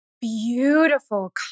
Beautiful